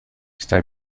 está